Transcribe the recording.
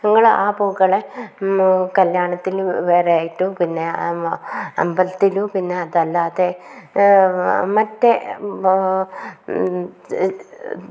ഞങ്ങൾ ആ പൂക്കളെ കല്യാണത്തിനും വേറെയായിട്ടും പിന്നെ അമ്പലത്തിലും പിന്നെ അതല്ലാതെ മറ്റേ